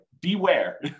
beware